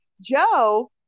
Joe